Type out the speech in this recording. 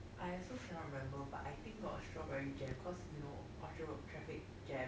I also cannot remember but I think got strawberry jam cause you know orchard road traffic jam